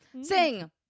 Sing